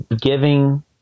giving